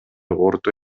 орто